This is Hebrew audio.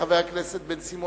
חבר הכנסת בן-סימון,